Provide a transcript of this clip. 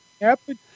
happen